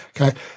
Okay